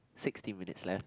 sixteen minutes left